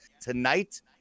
tonight